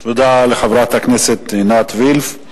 תודה לחברת הכנסת עינת וילף.